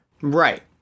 Right